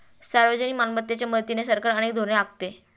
सार्वजनिक मालमत्तेच्या मदतीने सरकार अनेक धोरणे आखते